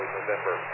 November